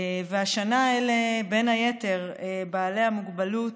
השנה אלה בין היתר בעלי המוגבלות,